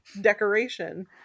decoration